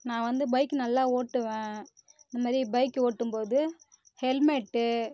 நான் வந்து பைக்கு நல்லா ஓட்டுவேன் இந்த மாரி பைக்கு ஓட்டும்போது ஹெல்மெட்டு